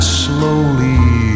slowly